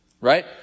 Right